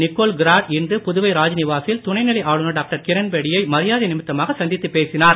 Nicole Girard இன்று புதுவை ராஜ்நிவாசில் துணைநிலை ஆளுநர் டாக்டர் கிரண்பேடியை மரியாதை நிமித்தமாக சந்தித்து பேசினார்